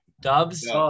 Dubs